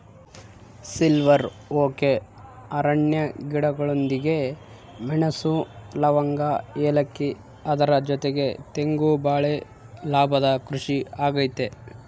silver oak ಅರಣ್ಯ ಗಿಡಗಳೊಂದಿಗೆ ಮೆಣಸು, ಲವಂಗ, ಏಲಕ್ಕಿ ಅದರ ಜೊತೆಗೆ ತೆಂಗು ಬಾಳೆ ಲಾಭದ ಕೃಷಿ ಆಗೈತೆ